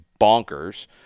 bonkers